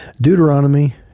Deuteronomy